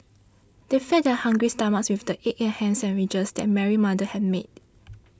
they fed their hungry stomachs with the egg and ham sandwiches that Mary's mother had made